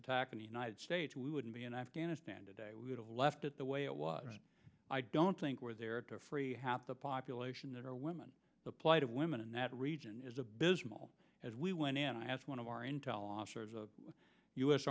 attack in the united states we wouldn't be in afghanistan today we would have left it the way it was i don't think we're there to free the population that are women the plight of women in that region is abysmal as we went in as one of our intel officers of